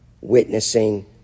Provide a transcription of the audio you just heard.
witnessing